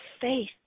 faith